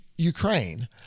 Ukraine